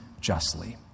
justly